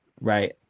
right